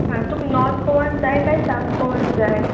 आं तुका नॉर्थ गोवान जाय काय सावथ गोवान जाय